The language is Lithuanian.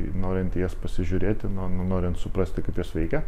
norint į jas pasižiūrėti norint suprasti kaip jos veikia